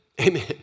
Amen